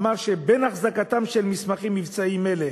אמר שבין החזקתם של מסמכים מבצעיים אלה,